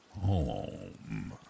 home